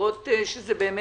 לראות שזה בצדק,